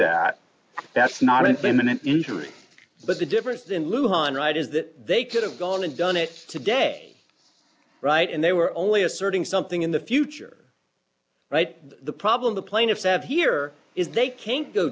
that that's not an imminent injury but the difference in luan right is that they could have gone and done it today right and they were only asserting something in the future right the problem the plaintiffs have here is they can't go